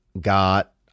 got